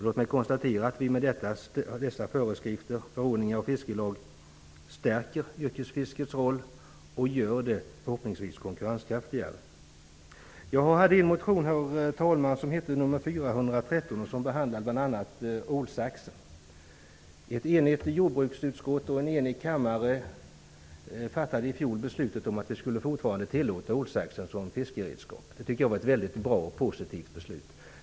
Låt mig konstatera att vi med dessa föreskrifter, förordningar och fiskelag stärker yrkesfiskets roll och förhoppningsvis gör det konkurrenskraftigare. Ett enigt jordbruksutskott och en enig kammare fattade i fjol beslut om att vi fortfarande skulle tillåta ålsaxen som fiskeredskap. Det tycker jag var ett väldigt bra och positivt beslut.